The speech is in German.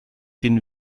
den